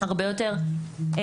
הרבה יותר ספציפיות,